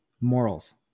morals